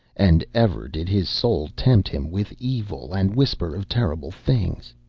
and ever did his soul tempt him with evil, and whisper of terrible things.